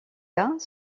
cas